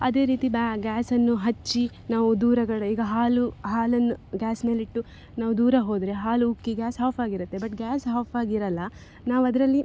ಅದೇ ರೀತಿ ಬ್ಯಾ ಗ್ಯಾಸನ್ನು ಹಚ್ಚಿ ನಾವು ದೂರ ಗಡೆ ಈಗ ಹಾಲು ಹಾಲನ್ನು ಗ್ಯಾಸ್ ಮೇಲೆ ಇಟ್ಟು ನಾವು ದೂರ ಹೋದರೆ ಹಾಲು ಉಕ್ಕಿ ಗ್ಯಾಸ್ ಆಫಾಗಿರುತ್ತೆ ಬಟ್ ಗ್ಯಾಸ್ ಆಫಾಗಿರಲ್ಲ ನಾವದರಲ್ಲಿ